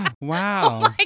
Wow